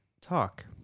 talk